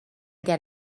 get